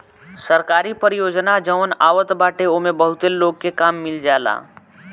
सरकारी परियोजना जवन आवत बाटे ओमे बहुते लोग के काम मिल जाला